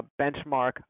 benchmark